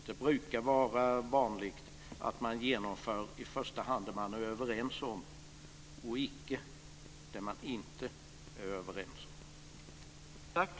Det brukar vara vanligt att man i första hand genomför det man är överens om och inte det man inte är överens om.